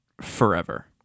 forever